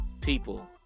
people